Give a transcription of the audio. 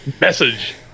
Message